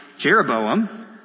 Jeroboam